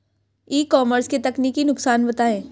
ई commerce के तकनीकी नुकसान बताएं?